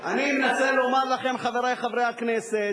אני מנסה לומר לכם, חברי חברי הכנסת,